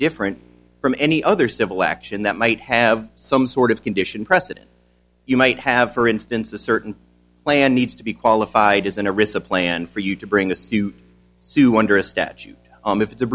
different from any other civil action that might have some sort of condition precedent you might have for instance a certain plan needs to be qualified as in a risk of plan for you to bring this to sue under a statute if it's a